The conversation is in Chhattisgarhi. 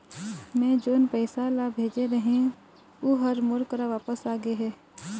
मै जोन पैसा ला भेजे रहें, ऊ हर मोर करा वापिस आ गे हे